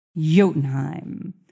Jotunheim